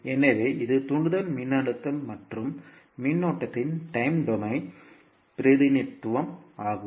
எனவே இது தூண்டல் மின்னழுத்தம் மற்றும் மின்னோட்டத்தின் டைம் டொமைன் பிரதிநிதித்துவம் ஆகும்